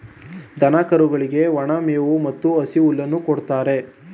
ದನ ಕರುಗಳಿಗೆ ಒಣ ಮೇವು ಮತ್ತು ಹಸಿ ಹುಲ್ಲನ್ನು ಕೊಡುತ್ತಾರೆ